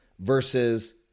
versus